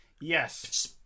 Yes